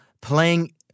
playing